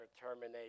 terminate